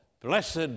blessed